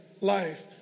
life